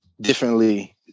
differently